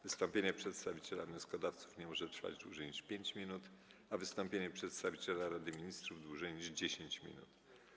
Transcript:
Wystąpienie przedstawiciela wnioskodawców nie może trwać dłużej niż 5 minut, a wystąpienie przedstawiciela Rady Ministrów - dłużej niż 10 minut.